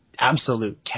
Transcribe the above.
absolute